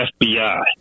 FBI